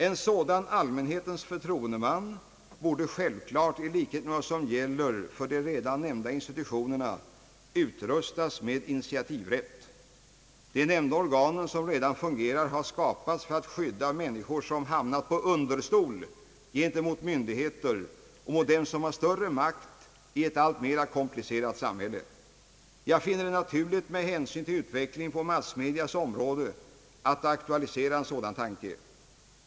En sådan allmänhetens förtroendeman borde självklart i likhet med vad som gäller för de redan nämnda institutionerna utrustas med initiativrätt. De nämnda organ som redan fungerar har skapats för att skydda människor som hamnat på understol gentemot myndigheter och gentemot dem som har större makt i ett alltmer komplicerat samhälle. Jag finner det naturligt med hänsyn till utvecklingen på massmedias område att aktualisera en sådan tanke.